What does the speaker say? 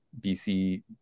bc